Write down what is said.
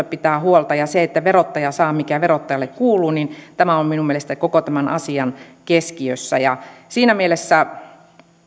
pitää huolta ja se että verottaja saa sen mikä verottajalle kuuluu on minun mielestäni koko tämän asian keskiössä siinä mielessä